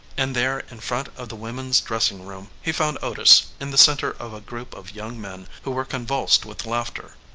and there in front of the women's dressing-room he found otis in the centre of a group of young men who were convulsed with laughter.